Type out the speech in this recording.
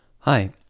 Hi